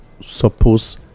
suppose